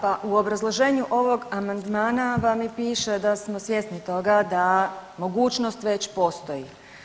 Pa u obrazloženju ovog amandmana vam i piše da smo svjesni toga da mogućnost već postoji.